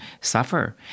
suffer